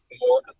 more